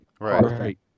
Right